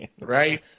right